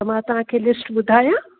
त मां तव्हां खे लिस्ट ॿुधायां